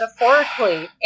metaphorically